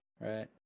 right